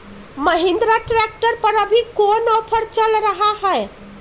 Mahindra tractor पर अभी कोन ऑफर चल रहा है?